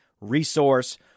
resource